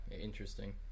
Interesting